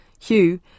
Hugh